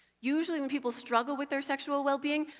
usually when people struggle with their sexual well-being,